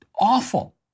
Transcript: awful